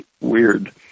weird